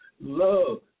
love